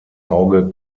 auge